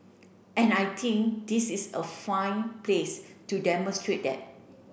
and I think this is a fine place to demonstrate that